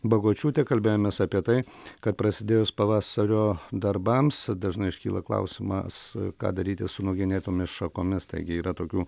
bagočiūtė kalbėjomės apie tai kad prasidėjus pavasario darbams dažnai iškyla klausimas ką daryti su nugenėtomis šakomis taigi yra tokių